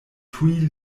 tuj